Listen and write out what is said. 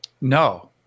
No